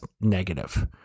negative